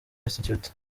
institute